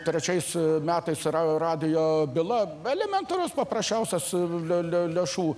trečiais metais ra radijo byla elementarus paprasčiausias le le lėšų